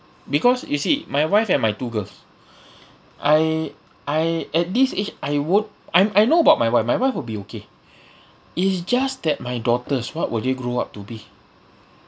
because you see my wife and my two girls I I at this age I would I'm I know about my wife my wife would be okay is just that my daughters what will they grow up to be